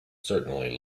certainly